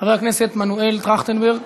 חבר הכנסת מנואל טרכטנברג,